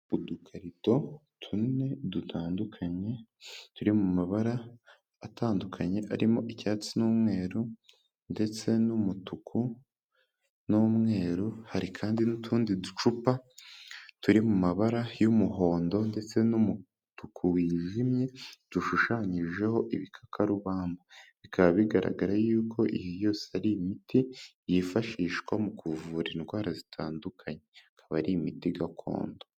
Udukarito tune dutandukanye, turi mu mabara atandukanye, arimo icyatsi n'umweru ndetse n'umutuku n'umweru, hari kandi n'utundi ducupa turi mu mabara y'umuhondo ndetse n'umutuku wijimye, dushushanyijeho ibikakarubamba. Bikaba bigaragara yuko iyi yose ari imiti yifashishwa mu kuvura indwara zitandukanye, ikaba ari imiti gakondo.